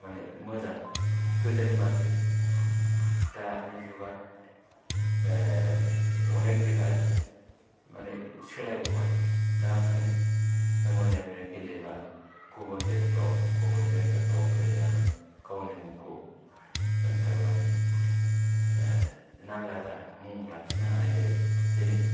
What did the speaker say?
माने मोजां गोदोनि बादि दानि जुगाव अनेख दिफारेन्स माने सोलायबोबाय दा ओंखायनो दा मोजां मोजां गेलेयोबा गुबुन देशफ्राव गुबुन जायगाफ्राव गेलेनानै गावनि मुंखौ दोननानै नामजादा मुं लाखिनो हानाय जायो दिनै